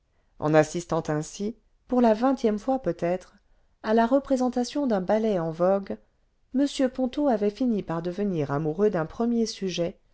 en assistant ainsi pour la vingtième fois peut-être a la représentation d'un ballet eh vogue m ponto avait fini par devenir amoureux d'un prerrrier sujet